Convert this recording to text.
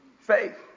Faith